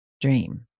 dream